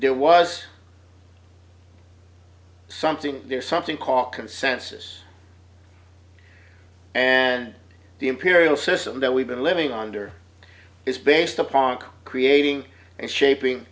deal was something there's something called consensus and the imperial system that we've been living under is based upon creating and shaping